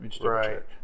right